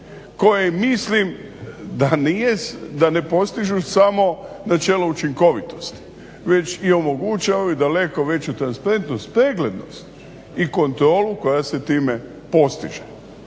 koje mislim da ne postižu načelo učinkovitosti već i omogućavaju daleko veću transparentnost, preglednost i kontrolu koja se time postiže.